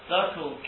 Circle